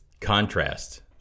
contrast